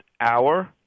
hour